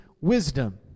wisdom